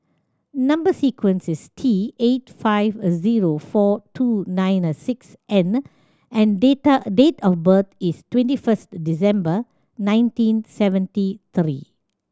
number sequence is T eight five a zero four two nine and six N and data date of birth is twenty first December nineteen seventy three